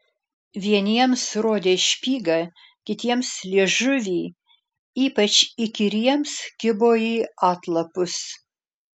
vieniems rodė špygą kitiems liežuvį ypač įkyriems kibo į atlapus